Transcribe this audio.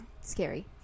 scary